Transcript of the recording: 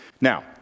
Now